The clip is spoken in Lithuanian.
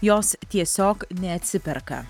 jos tiesiog neatsiperka